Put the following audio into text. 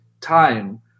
time